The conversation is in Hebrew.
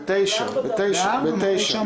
ב-09:00.